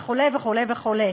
וכו' וכו' וכו'.